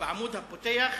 בעמוד הפותח,